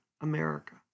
America